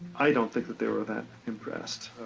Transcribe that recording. i don't think that they were that impressed.